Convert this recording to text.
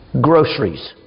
Groceries